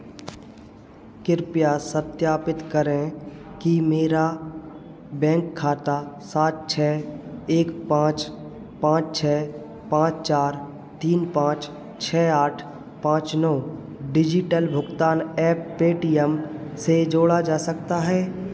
कृपया सत्यापित करें कि क्या मेरा बैंक खाता सात छः एक पाँच पाँच छः पाँच चार तीन पाँच छः आठ पाँच नौ डिजिटल भुगतान ऐप पेटीएम से जोड़ा जा सकता है